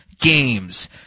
games